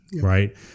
Right